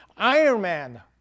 Ironman